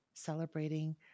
celebrating